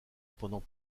pendant